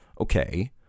okay